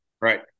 Right